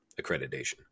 accreditation